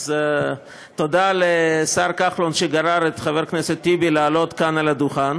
אז תודה לשר כחלון שגרר את חבר הכנסת טיבי לעלות כאן לדוכן.